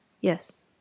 yes